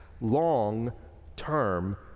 long-term